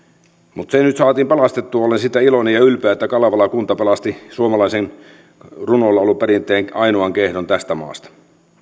mutta se nyt saatiin pelastettua ja olen siitä iloinen ja ylpeä että kalevala kunta pelasti suomalaisen runonlauluperinteen ainoan kehdon tästä maasta